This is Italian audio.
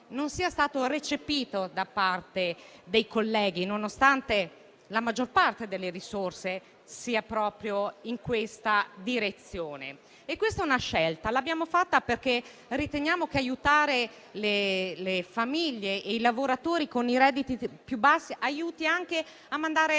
non sia stato recepito da parte dei colleghi, nonostante la maggior parte delle risorse vada proprio in questa direzione. È una scelta che abbiamo preso perché riteniamo che aiutare le famiglie e i lavoratori con redditi più bassi aiuti a dare